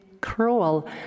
cruel